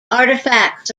artifacts